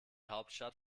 hauptstadt